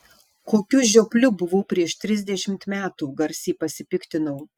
kokiu žiopliu buvau prieš trisdešimt metų garsiai pasipiktinau